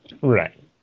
right